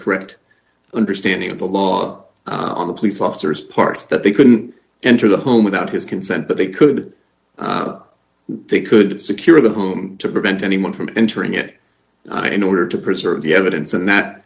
correct understanding of the law on the police officers parts that they couldn't enter the home without his consent but they could they could secure them to prevent anyone from entering it in order to preserve the evidence and that